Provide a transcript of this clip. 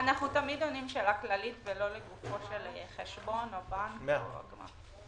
ואנחנו תמיד עונים שאלה כללית ולא לגופו של חשבון או בנק או גמ"ח.